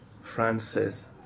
Francis